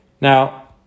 Now